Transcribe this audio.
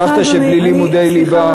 הבטחת שבלי לימודי ליבה,